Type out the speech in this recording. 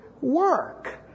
work